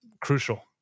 crucial